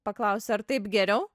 paklausė ar taip geriau